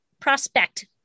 prospect